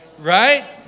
Right